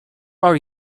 are